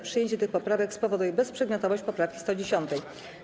Przyjęcie tych poprawek spowoduje bezprzedmiotowość poprawki 110.